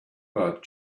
but